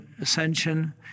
ascension